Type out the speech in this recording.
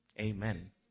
Amen